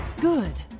Good